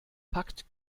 packt